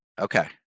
Okay